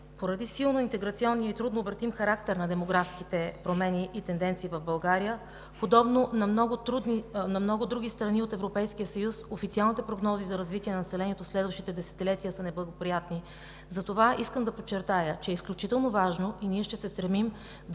Поради силно интеграционния и трудно обратим характер на демографските промени и тенденции в България, подобно на много други страни от Европейския съюз, официалните прогнози за развитие на населението в следващите десетилетия са неблагоприятни. Затова искам да подчертая, че е изключително важно и ние ще се стремим да